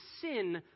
sin